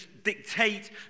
dictate